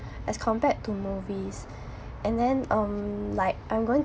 as compared to movies and then um like I'm going